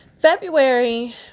February